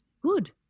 Good